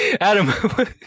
Adam